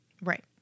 right